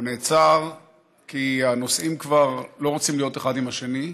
הוא נעצר כי הנוסעים כבר לא רוצים להיות אחד עם השני,